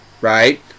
right